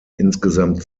insgesamt